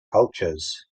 cultures